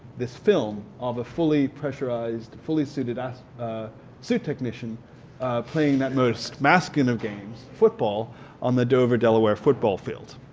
this film of a fully pressurized, fully suited ah so suit technician playing that most masculine of games football on the dover, delaware football field.